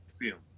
film